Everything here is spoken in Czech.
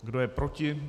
Kdo je proti?